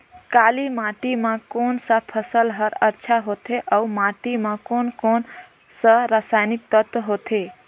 काली माटी मां कोन सा फसल ह अच्छा होथे अउर माटी म कोन कोन स हानिकारक तत्व होथे?